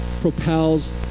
propels